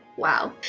wow.